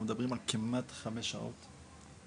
אנחנו מדברים על כמעט חמש שעות שאשתי